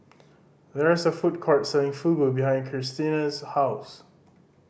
there is a food court selling Fugu behind Krystina's house